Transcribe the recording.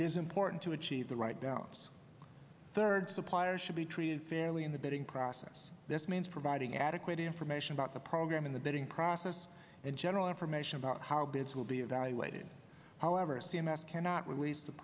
is important to achieve the right balance third supplier should be treated fairly in the bidding process this means providing adequate information about the program in the bidding process and general information about how bids will be evaluated however c m s cannot release the